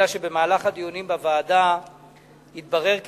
אלא שבמהלך הדיונים בוועדה התברר כי